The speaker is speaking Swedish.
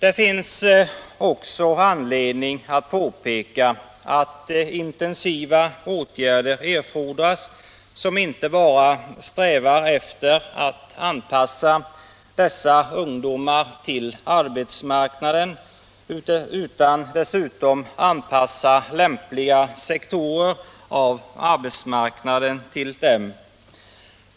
Det finns också anledning att påpeka att intensiva åtgärder fordras inte bara för att anpassa dessa ungdomar till arbetsmarknaden utan också för att anpassa lämpliga sektorer av arbetsmarknaden till dem.